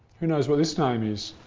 who knows what this name is?